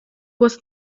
was